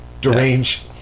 deranged